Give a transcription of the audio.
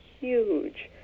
huge